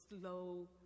slow